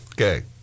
Okay